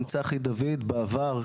עם צחי דוד בעבר,